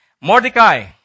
Mordecai